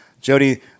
Jody